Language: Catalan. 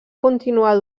continuar